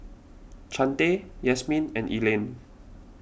Chante Yasmeen and Elaine